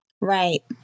right